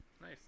Nice